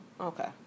Okay